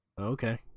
Okay